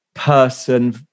person